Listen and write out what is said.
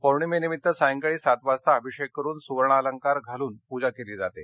पौर्णिमेनिमित्त सांयकाळी सात वाजता अभिषेक करून सुवर्ण अंलकार घालून पुजा केली जाते